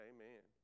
Amen